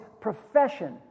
profession